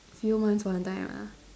few months one time ah